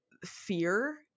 fear